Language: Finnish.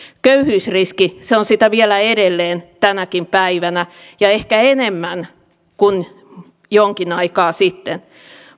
köyhyysriski se on sitä vielä edelleen tänäkin päivänä ja ehkä enemmän kuin jonkin aikaa sitten